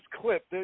clip